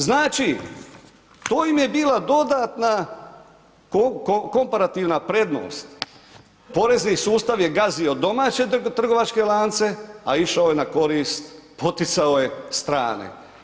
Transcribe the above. Znači to im je bila dodatna komparativna prednost, porezni sustav je gazio domaće trgovačke lance, a išao je na korist poticao je strane.